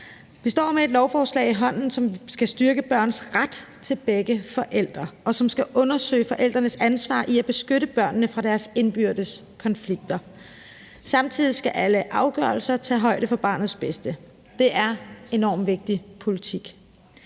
Vi står med et lovforslag i hånden, som skal styrke børns ret til begge forældre, og som skal undersøge forældrenes ansvar for at beskytte børnene fra forældrenes indbyrdes konflikter. Samtidig skal alle afgørelser tage højde for barnets bedste. Det er enormt vigtig politik.